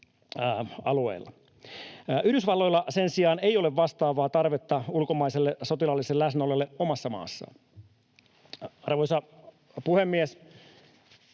Yhdysvalloilla sen sijaan ei ole vastaavaa tarvetta ulkomaiselle sotilaalliselle läsnäololle omassa maassaan. [Puhuja pyyhkii